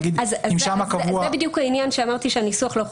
נגיד אם שם קבוע --- אז זה בדיוק העניין שאמרתי שהניסוח לא חד,